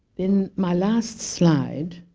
then my last slide